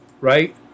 right